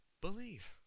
believe